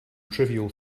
trivial